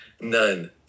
None